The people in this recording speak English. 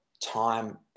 time